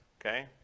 okay